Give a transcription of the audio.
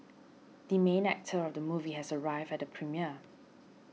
the main actor of the movie has arrived at the premiere